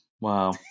Wow